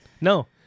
No